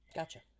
Gotcha